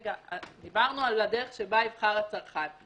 דיברנו על הדרך בה יבחר הצרכן.